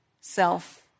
self